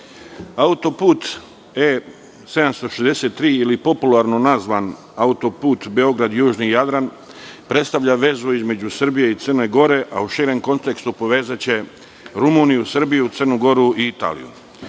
Autoput E 763 ili, popularno nazvan, autoput Beograd-Južni Jadran, predstavlja vezu između Srbije i Crne Gore, a u širem kontekstu povezaće Rumuniju, Srbiju, Crnu Goru i Italiju. Koridor